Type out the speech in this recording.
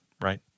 right